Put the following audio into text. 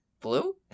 Blue